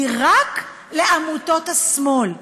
היא רק לעמותות השמאל.